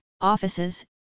offices